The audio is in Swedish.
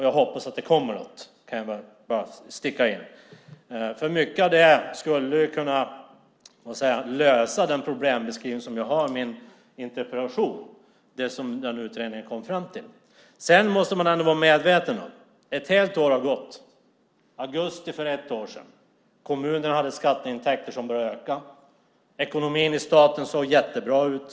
Jag hoppas att det kommer något, kan jag bara sticka in, för mycket av det skulle kunna lösa den problembeskrivning som jag har i min interpellation och som utredningen kom fram till. Sedan måste man ändå vara medveten om att ett helt år har gått. I augusti för ett år sedan hade kommunerna skatteintäkter som började öka. Ekonomin i staten såg jättebra ut.